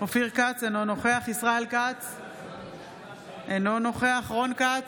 אינו נוכח ישראל כץ, אינו נוכח רון כץ,